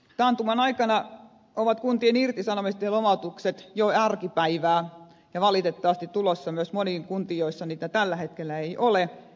taantuman aikana ovat kuntien irtisanomiset ja lomautukset jo arkipäivää ja valitettavasti tulossa myös moniin kuntiin joissa niitä tällä hetkellä ei ole